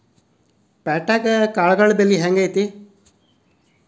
ಪ್ಯಾಟ್ಯಾಗ್ ಕಾಳುಗಳ ಬೆಲೆ ಹೆಂಗ್ ಐತಿ?